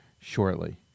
shortly